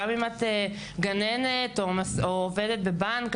גם את גננת או עובדת בנק.